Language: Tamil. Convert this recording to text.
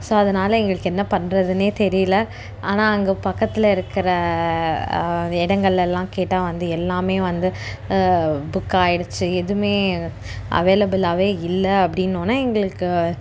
ஸோ அதனால் எங்களுக்கு என்ன பண்றதுனே தெரியல ஆனால் அங்கே பக்கத்தில் இருக்கிற இடங்கள்லலாம் கேட்டால் வந்து எல்லாமே வந்து புக் ஆகிடுச்சி எதுவுமே அவைளபுலாகவே இல்லை அப்படின்னோன எங்களுக்கு